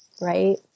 right